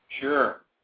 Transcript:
Sure